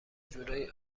جورایی